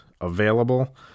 available